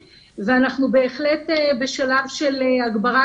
זה גם עניין של תקציבים ואנחנו בהחלט בשלב של הגברת